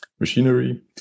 machinery